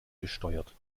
gesteuert